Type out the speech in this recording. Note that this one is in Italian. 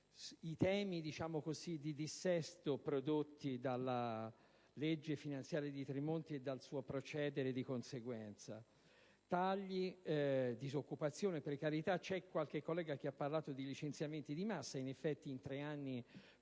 i temi del dissesto prodotto dalla legge finanziaria di Tremonti e dal suo procedere di conseguenza. Tagli, disoccupazione, precarietà; qualche collega ha parlato di licenziamenti di massa e, in effetti, in tre anni